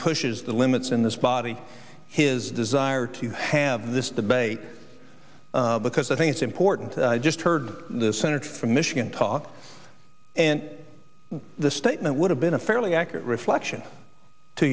pushes the limits in this body his desire to have this debate because i think it's important just heard the senator from michigan talk and the statement would have been a fairly accurate reflection two